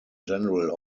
general